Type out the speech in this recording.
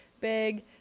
big